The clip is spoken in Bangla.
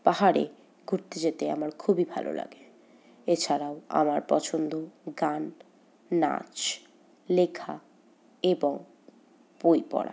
পাহাড়ে ঘুরতে যেতে আমার খুবই ভালো লাগে এছাড়াও আমার পছন্দ গান নাচ লেখা এবং বই পড়া